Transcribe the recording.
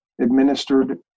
administered